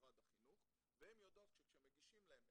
במשרד החינוך והן יודעות שכמגישים להן,